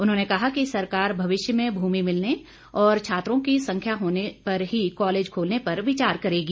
उन्होंने कहा कि सरकार भविष्य में भूमि मिलने और छात्रों की संख्या होने पर ही कॉलेज खोलने पर विचार करेगी